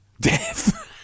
death